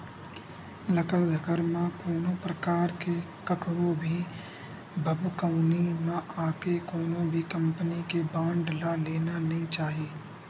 लकर धकर म कोनो परकार ले कखरो भी भभकउनी म आके कोनो भी कंपनी के बांड ल लेना नइ चाही